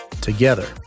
Together